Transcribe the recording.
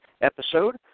episode